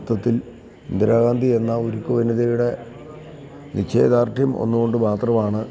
യുദ്ധത്തിൽ ഇന്ദിരാഗാന്ധി എന്ന ഉരുക്കു വനിതയുടെ നിശ്ചയദാർഢ്യം ഒന്നുകൊണ്ടു മാത്രമാണ്